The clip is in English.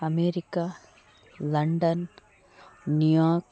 America London New York